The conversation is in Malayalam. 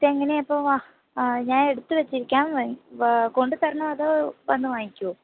ഇതെങ്ങനെയാണ് ഇപ്പോൾ ആ ഞാൻ എടുത്തു വെച്ചിരിക്കാം കൊണ്ട് തരണോ അതോ വന്ന് വാങ്ങിക്കുമോ